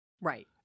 Right